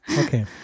Okay